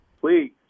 Please